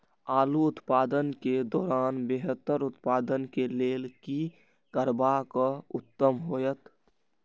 आलू उत्पादन के दौरान बेहतर उत्पादन के लेल की करबाक उत्तम होयत?